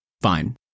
fine